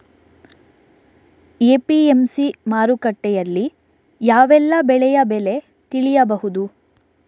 APMC ಮಾರುಕಟ್ಟೆಯಲ್ಲಿ ಯಾವೆಲ್ಲಾ ಬೆಳೆಯ ಬೆಲೆ ತಿಳಿಬಹುದು?